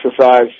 exercise